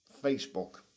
Facebook